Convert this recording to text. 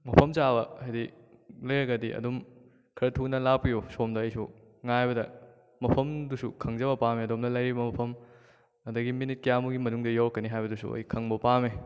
ꯃꯐꯝ ꯆꯥꯕ ꯍꯥꯏꯗꯤ ꯂꯩꯔꯒꯗꯤ ꯑꯗꯨꯝ ꯈꯔ ꯊꯨꯅ ꯂꯥꯛꯄꯤꯌꯨ ꯁꯣꯝꯗ ꯑꯩꯁꯨ ꯉꯥꯏꯕꯗ ꯃꯐꯝꯗꯨꯁꯨ ꯈꯪꯖꯕ ꯄꯥꯝꯃꯦ ꯑꯗꯣꯝꯅ ꯂꯩꯔꯤꯕ ꯃꯐꯝ ꯑꯗꯒꯤ ꯃꯤꯅꯤꯠ ꯀꯌꯥꯃꯨꯛꯀꯤ ꯃꯅꯨꯡꯗ ꯌꯧꯔꯛꯀꯅꯤ ꯍꯥꯏꯕꯗꯨꯁꯨ ꯑꯩ ꯈꯪꯕ ꯄꯥꯝꯃꯤ